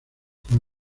fue